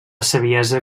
saviesa